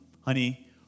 honey